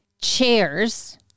chairs